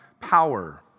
power